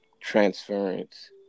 transference